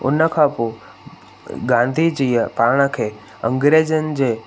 उनखां पोइ गांधीजीअ पाण खे अंग्रेजनि जे